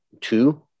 Two